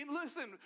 listen